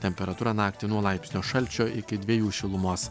temperatūra naktį nuo laipsnio šalčio iki dvejų šilumos